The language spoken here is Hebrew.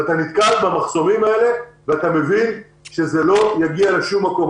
אתה נתקל במחסומים האלה ואתה מבין שזה לא יגיע לשום מקום.